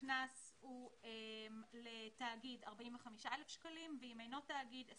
הקנס לתאגיד הוא 45,000 שקלים ואם אינו תאגיד,